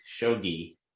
Shogi